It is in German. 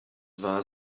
war